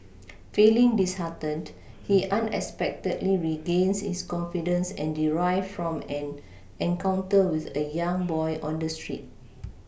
feeling disheartened he unexpectedly regains his confidence and drive from an encounter with a young boy on the street